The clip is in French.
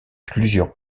plusieurs